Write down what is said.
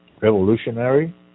revolutionary